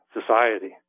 society